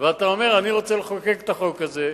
ואתה אומר שאתה רוצה לחוקק את החוק הזה,